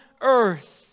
earth